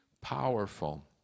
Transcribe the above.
powerful